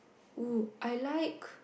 oo I like